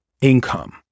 income